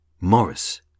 Morris